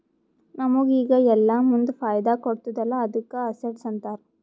ನಮುಗ್ ಈಗ ಇಲ್ಲಾ ಮುಂದ್ ಫೈದಾ ಕೊಡ್ತುದ್ ಅಲ್ಲಾ ಅದ್ದುಕ ಅಸೆಟ್ಸ್ ಅಂತಾರ್